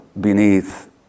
beneath